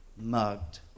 mugged